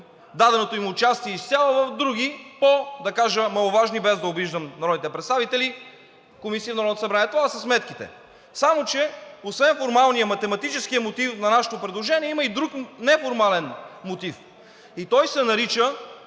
даденото им участие изцяло в други по-маловажни, да кажа, без да обиждам народните представители, комисии в Народното събрание. Това са сметките. Само че освен формалния и математическия мотив на нашето предложение, има и друг неформален мотив. Той се нарича